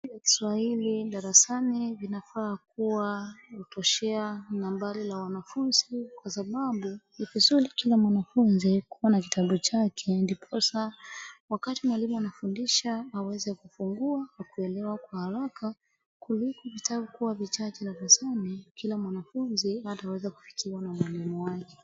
Viatabu vya Kiswahili darasani vinafaa kuwa vinatoshea nambari la wanafunzi kwa sababu ni vizuri kila mwanafunzi kuwa na kitabu chake ndiposa wakati mwalimu anafundisha aweze kufungua na kuelewa kwa haraka kuliko vitabu kuwa vichache darasani kila mwanafunzi hataweza kufikiwa na mwalimu wake.